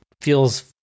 feels